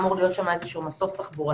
אמור להיות שם איזשהו מסוף תחבורתי.